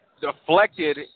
deflected